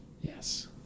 Yes